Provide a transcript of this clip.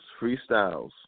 freestyles